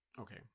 Okay